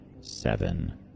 seven